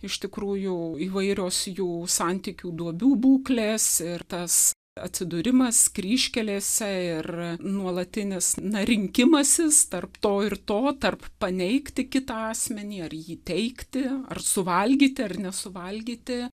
iš tikrųjų įvairios jų santykių duobių būklės ir tas atsidūrimas kryžkelėse ir nuolatinis na rinkimasis tarp to ir to tarp paneigti kitą asmenį ar jį teigti ar suvalgyti ar nesuvalgyti